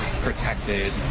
protected